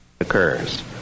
occurs